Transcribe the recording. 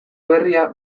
berria